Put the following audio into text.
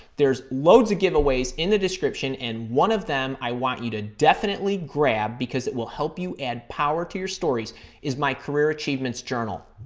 there's loads of giveaways in the description, and one of them i want you to definitely grab because it will help you add power to your stories is my career achievements journal.